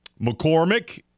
McCormick